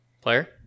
player